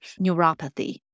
neuropathy